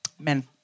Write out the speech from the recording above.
Men